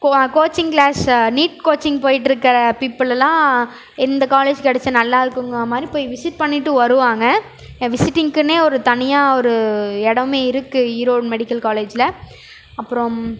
கோ coaching class NEET coaching போய்கிட்ருக்கற பீப்புளெல்லாம் எந்த காலேஜ் கிடைச்சா நல்லா இருக்குங்கிற மாதிரி போய் விசிட் பண்ணிவிட்டு வருவாங்க விசிட்டிங்குனே ஒரு தனியாக ஒரு இடமே இருக்குது ஈரோடு மெடிக்கல் காலேஜ்ஜில் அப்புறம்